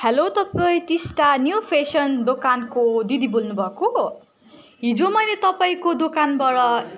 hello तपाईँ Teesta new fashion दोकानको दिदी बोल्नु भएको हिजो मैले तपाईँको दोकानबाट